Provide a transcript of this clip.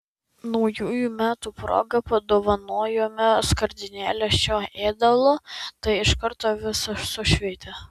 naujųjų metų proga padovanojome skardinėlę šio ėdalo tai iš karto visą sušveitė